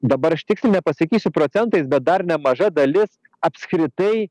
dabar aš tiksliai nepasakysiu procentais bet dar nemaža dalis apskritai